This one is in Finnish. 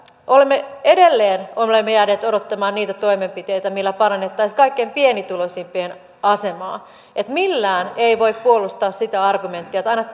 olemme edelleen jääneet odottamaan niitä toimenpiteitä millä parannettaisiin kaikkein pienituloisimpien asemaa millään ei voi puolustaa sitä argumenttia että aina